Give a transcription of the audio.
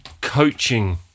coaching